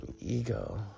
ego